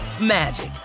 magic